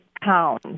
pounds